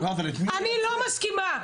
אני לא מסכימה,